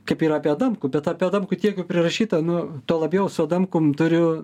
kaip ir apie adamkų bet apie adamkų tiek jau prirašyta nu tuo labiau su adamkum turiu